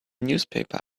newspaper